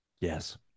Yes